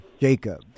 Jacob